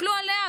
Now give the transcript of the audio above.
תסתכלו עליה.